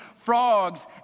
frogs